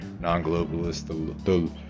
non-globalist